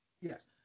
Yes